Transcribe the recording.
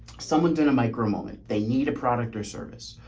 someone done a micromoment, they need a product or service.